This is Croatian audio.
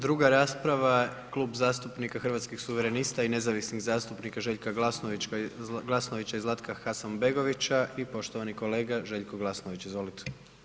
Druga rasprava, Klub zastupnika Hrvatskih suverenista i nezavisnih zastupnika Željka Glasnovića i Zlatka Hasanbegovića i poštovani kolega Željko Glasnović, izvolite.